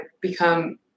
become